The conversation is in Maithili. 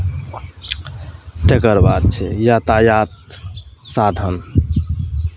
तकर बाद छै यातायातके साधन